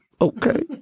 okay